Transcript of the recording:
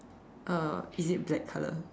uh is it black colour